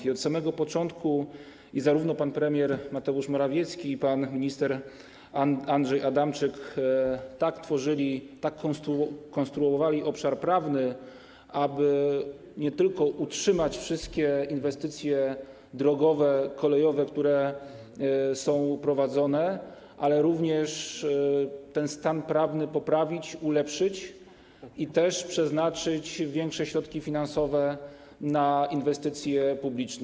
I od samego początku zarówno pan premier Mateusz Morawiecki, jak i pan minister Andrzej Adamczyk tak tworzyli, tak konstruowali obszar prawny, aby nie tylko utrzymać wszystkie inwestycje drogowe, kolejowe, które są prowadzone, ale również ten stan prawny poprawić, ulepszyć i przeznaczyć większe środki finansowe na inwestycje publiczne.